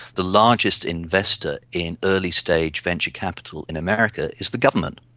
the largest investor in early-stage venture capital in america is the government.